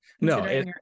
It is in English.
No